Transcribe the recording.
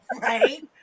Right